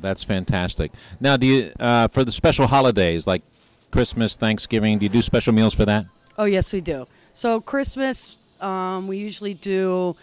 that's fantastic now do you for the special holidays like christmas thanksgiving you do special meals for that oh yes we do so christmas we usually do